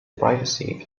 privacy